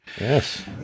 Yes